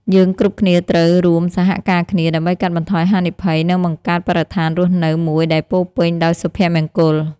យើងគ្រប់គ្នាត្រូវរួមសហការគ្នាដើម្បីកាត់បន្ថយហានិភ័យ និងបង្កើតបរិស្ថានរស់នៅមួយដែលពោរពេញដោយសុភមង្គល។